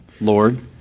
Lord